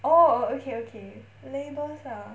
oh orh okay okay labels ah